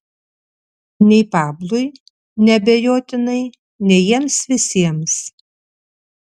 nei pablui neabejotinai nei jiems visiems